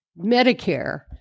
Medicare